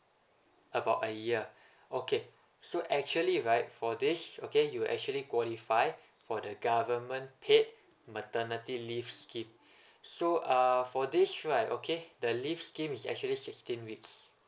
about a year okay so actually right for this okay you actually qualify for the government paid maternity leave scheme so uh for this right okay the leave scheme is actually sixteen weeks